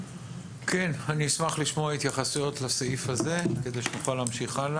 אני אשמח לשמוע התייחסויות לסעיף הזה כדי שנוכל להמשיך.